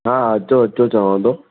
हा अचो अचो चवां थो